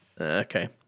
Okay